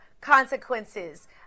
consequences